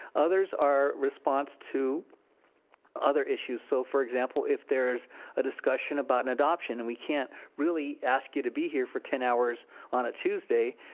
others are response to other issues. so, for example, if there's a discussion about an adoption and we can't really ask you to be here for ten hours on a tuesday,